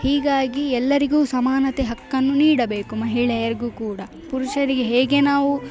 ಹೀಗಾಗಿ ಎಲ್ಲರಿಗು ಸಮಾನತೆ ಹಕ್ಕನ್ನು ನೀಡಬೇಕು ಮಹಿಳೆಯರಿಗು ಕೂಡ ಪುರುಷರಿಗೆ ಹೇಗೆ ನಾವು